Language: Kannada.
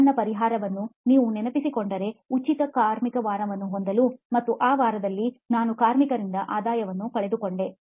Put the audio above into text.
ನನ್ನ ಪರಿಹಾರವನ್ನು ನೀವು ನೆನಪಿಸಿಕೊಂಡರೆ ಉಚಿತ ಕಾರ್ಮಿಕ ವಾರವನ್ನು ಹೊಂದಲು ಮತ್ತು ಆ ವಾರದಲ್ಲಿ ನಾನು ಕಾರ್ಮಿಕರಿಂದ ಆದಾಯವನ್ನು ಕಳೆದುಕೊಂಡೆ